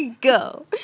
go